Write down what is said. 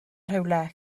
rhywle